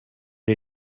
les